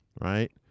Right